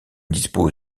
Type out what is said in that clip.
dispose